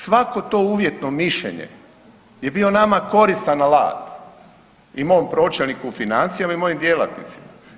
Svako to uvjetno mišljenje je bio nama koristan alat i mom pročelniku u financijama i mojim djelatnicima.